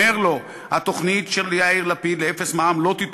אומר לו: התוכנית של יאיר לפיד לא תתרום